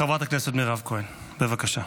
חברת הכנסת מירב כהן, בבקשה.